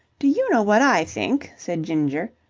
do you know what i think? said ginger,